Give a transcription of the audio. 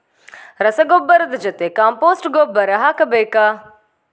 ರಸಗೊಬ್ಬರದ ಜೊತೆ ಕಾಂಪೋಸ್ಟ್ ಗೊಬ್ಬರ ಹಾಕಬೇಕಾ?